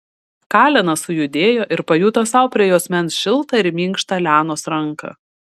kalenas sujudėjo ir pajuto sau prie juosmens šiltą ir minkštą lianos ranką